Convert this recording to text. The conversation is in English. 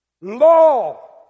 law